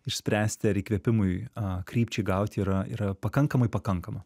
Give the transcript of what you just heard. išspręsti ar įkvėpimui a krypčiai gaut yra yra pakankamai pakankama